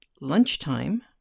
lunchtime